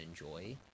enjoy